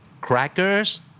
Crackers